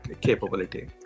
capability